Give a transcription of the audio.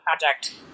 project